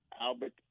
albert